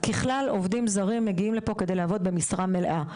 ככלל עובדים זרים מגיעים לפה כדי לעבוד במשרה מלאה.